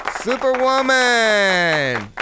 Superwoman